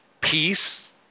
peace